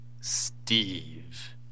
Steve